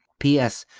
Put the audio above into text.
p s.